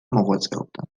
მოღვაწეობდა